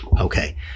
Okay